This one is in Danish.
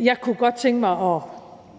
Jeg kunne godt tænke mig